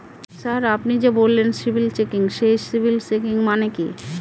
Sir আপনি যে বললেন সিবিল চেকিং সেই সিবিল চেকিং মানে কি?